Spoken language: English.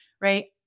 right